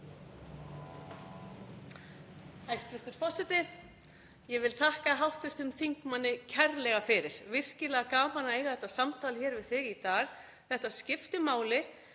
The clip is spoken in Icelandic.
Hæstv. forseti. Ég vil þakka hv. þingmanni kærlega fyrir, virkilega gaman að eiga þetta samtal hér við þig í dag. Þetta skiptir máli.